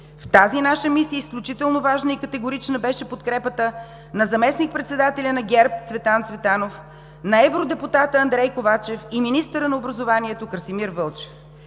В тази наша мисия изключително важна и категорична беше подкрепата на заместник-председателя на ГЕРБ Цветан Цветанов, на евродепутата Андрей Ковачев и министъра на образованието Красимир Вълчев.